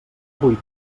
avui